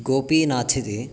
गोपीनाथिति